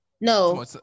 No